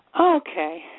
Okay